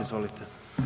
Izvolite.